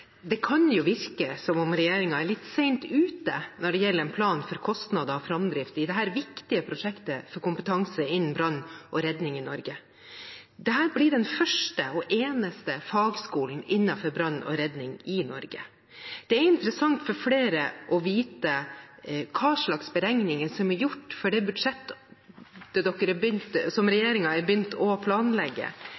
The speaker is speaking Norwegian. Det kan jo virke som om regjeringen er litt sent ute når det gjelder en plan for kostnader og framdrift i dette viktige prosjektet for kompetanse innen brann og redning i Norge. Dette blir den første og eneste fagskolen innenfor brann og redning i Norge. Det er interessant for flere å vite hvilke beregninger som er gjort for det budsjettet som regjeringen har begynt å planlegge, og hva som